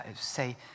say